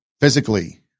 physically